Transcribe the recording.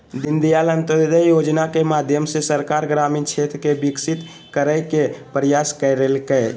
दीनदयाल अंत्योदय योजना के माध्यम से सरकार ग्रामीण क्षेत्र के विकसित करय के प्रयास कइलके